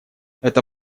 это